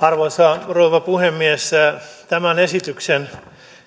arvoisa rouva puhemies tämän esityksen